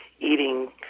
eating